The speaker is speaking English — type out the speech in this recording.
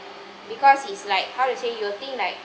because is like how to say you'll think like